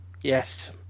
Yes